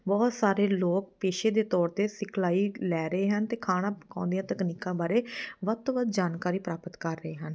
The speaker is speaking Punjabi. ਬਹੁਤ ਸਾਰੇ ਲੋਕ ਪੇਸ਼ੇ ਦੇ ਤੌਰ 'ਤੇ ਸਿਖਲਾਈ ਲੈ ਰਹੇ ਹਨ ਅਤੇ ਖਾਣਾ ਪਕਾਉਣ ਦੀਆਂ ਤਕਨੀਕਾਂ ਬਾਰੇ ਵੱਧ ਤੋਂ ਵੱਧ ਜਾਣਕਾਰੀ ਪ੍ਰਾਪਤ ਕਰ ਰਹੇ ਹਨ